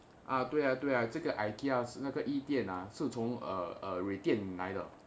啊对呀对呀这个 ikea 那个衣店是从微店来的